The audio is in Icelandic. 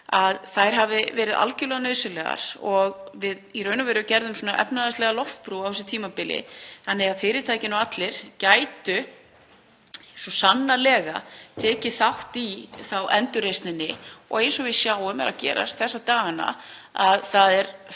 hafi verið algerlega nauðsynlegar og við gerðum í raun og veru efnahagslega loftbrú á þessu tímabili þannig að fyrirtækin og allir gætu svo sannarlega tekið þátt í endurreisninni. Og eins og við sjáum að er að gerast þessa dagana þá er